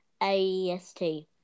AEST